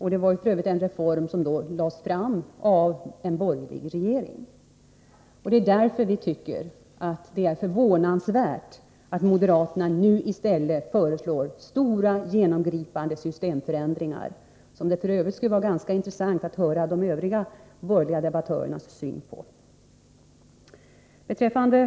F. ö. var det en borgerlig regering som tog initiativ till den reformen. Därför förvånar det att moderaterna nu föreslår stora genomgripande systemförändringar. Det skulle vara intressant att få höra hur de övriga borgerliga debattörerna ser på detta.